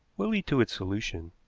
will lead to its solution.